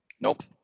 Nope